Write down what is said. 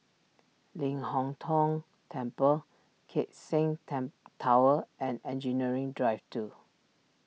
Ling Hong Tong Temple Keck Seng temp Tower and Engineering Drive two